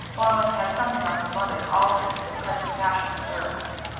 or must have something of her mother's altered to the present fashion for girls.